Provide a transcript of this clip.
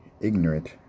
ignorant